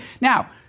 now